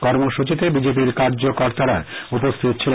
কর্মসচীতে বিজেপির কার্যকর্তারা উপস্হিত ছিলেন